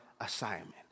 assignment